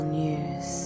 news